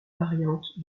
variante